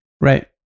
Right